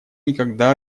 никогда